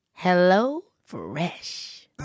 HelloFresh